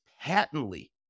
patently